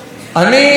אדוני היושב-ראש,